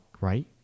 right